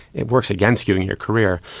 it works against you in your career.